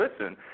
listen